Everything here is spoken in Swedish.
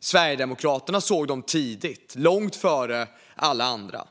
Sverigedemokraterna såg dem tidigt, långt före alla andra.